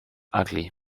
ugly